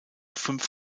fünf